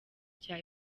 cya